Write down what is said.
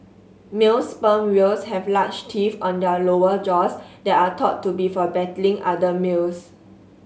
male sperm whales have large teeth on their lower jaws that are thought to be for battling other males